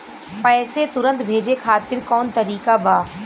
पैसे तुरंत भेजे खातिर कौन तरीका बा?